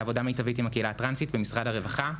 לעבודה מיטבית עם הקהילה טרנסית במשרד הרווחה.